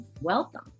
welcome